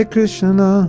Krishna